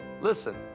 listen